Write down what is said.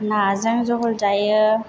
नाजों जहल जायो